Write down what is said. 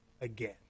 again